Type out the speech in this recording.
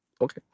Okay